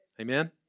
Amen